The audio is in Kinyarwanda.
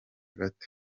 bato